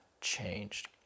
changed